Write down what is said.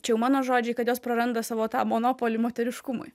čia jau mano žodžiai kad jos praranda savo tą monopolį moteriškumui